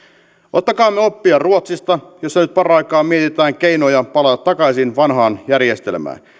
ottakaamme oppia ruotsista jossa nyt paraikaa mietitään keinoja palata takaisin vanhaan järjestelmään